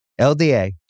LDA